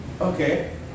Okay